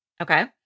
Okay